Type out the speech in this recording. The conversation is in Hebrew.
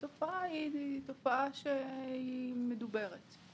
זו תופעה שמדוברת.